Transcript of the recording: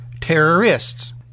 terrorists